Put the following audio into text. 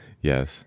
Yes